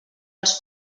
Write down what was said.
els